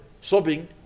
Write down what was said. sobbing